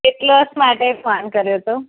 weight loss માટે phone કર્યો તો